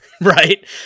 right